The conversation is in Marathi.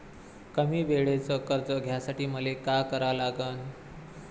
कमी वेळेचं कर्ज घ्यासाठी मले का करा लागन?